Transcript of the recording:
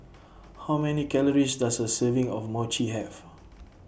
How Many Calories Does A Serving of Mochi Have